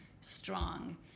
strong